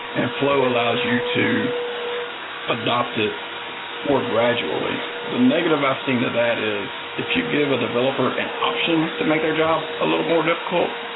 and flow allows you to adopt it more gradually the negative i've seen to that is if you give a developer an option to make their job a little more difficult,